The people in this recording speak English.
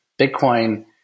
Bitcoin